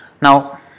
now